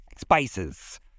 Spices